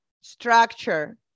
structure